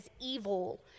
evil